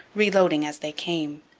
reloading as they came.